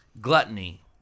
Gluttony